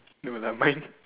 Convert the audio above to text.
no lah mine